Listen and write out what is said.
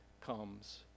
comes